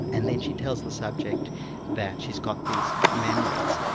and then she tells the subject that she's got these memories,